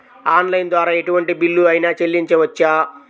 Online ద్వారా ఎటువంటి bill అయినా చెల్లించవచ్చా?